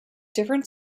different